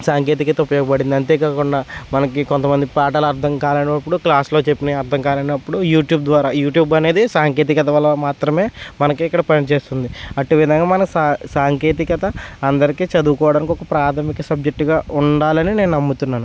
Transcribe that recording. సాంకేతిక ఉపయోగపడింది అంతే కాకుండా మనకి కొంతమంది పాఠాలు అర్థం కాలేదన్నప్పుడు క్లాస్లో చెప్పినవి అర్థం కాలేనప్పుడు యూట్యూబ్ ద్వారా యూట్యూబ్ అనేది సాంకేతికత వల్ల మాత్రమే మనకు ఇక్కడ పని చేస్తుంది అట్టి విధంగా మన సాంకేతికత అందరికీ చదువుకోడానికి ఒక ప్రాథమిక సబ్జెక్టుగా ఉండాలని నేను నమ్ముతున్నాను